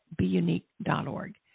BeUnique.org